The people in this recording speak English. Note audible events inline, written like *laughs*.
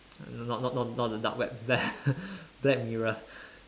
not not not the dark web *laughs* black mirror